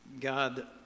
God